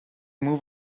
move